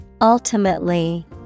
Ultimately